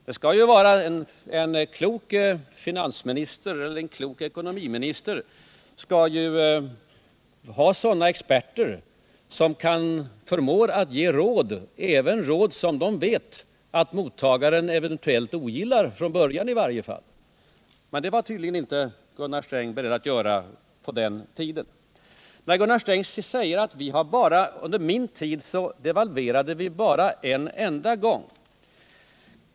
En klok finansminister eller en klok ekonomiminister skall ju ha experter som förmår att ge även råd som de vet att mottagaren, åtminstone från början, ogillar. Men så var tydligen Gunnar Sträng på den tiden inte beredd att ta experternas råd. Gunnar Sträng säger att man under hans tid som finansminister devalverade bara en enda gång.